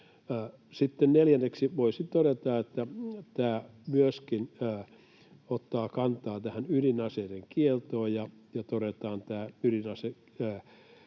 neljänneksi voisi todeta, että tämä myöskin ottaa kantaa tähän ydinaseiden kieltoon,